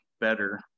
better